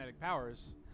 powers